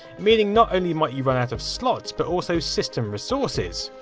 meaning not only might you run out of slots, but also system resources.